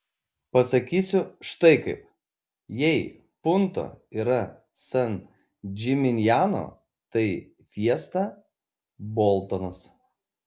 pasakysiu štai kaip jei punto yra san džiminjano tai fiesta boltonas